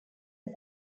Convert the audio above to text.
est